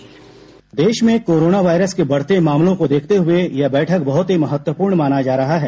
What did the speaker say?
bite देश में corona virus के बढ़ते मामलों को देखते हुए यह बैठक बहुत ही महत्वपूर्ण माना जा रहा है